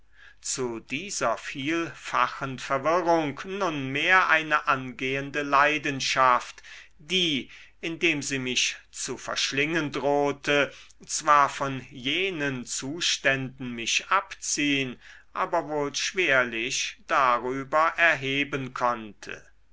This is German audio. zu dieser vielfachen verwirrung nunmehr eine angehende leidenschaft die indem sie mich zu verschlingen drohte zwar von jenen zuständen mich abziehn aber wohl schwerlich darüber erheben konnte